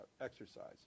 exercise